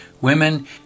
women